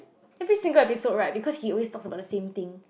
every single episode right because he always talks about the same thing